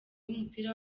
w’umupira